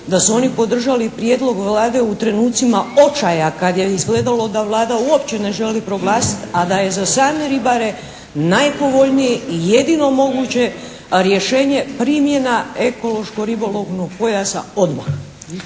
da su oni podržali Prijedlog Vlade u trenucima očaja, kad je izgledalo da Vlada uopće ne želi proglasiti a da je za same ribare najpovoljnije i jedino moguće rješenje primjena Ekološko-ribolovnog pojasa odmah.